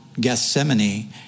Gethsemane